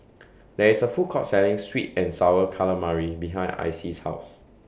There IS A Food Court Selling Sweet and Sour Calamari behind Icey's House